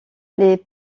les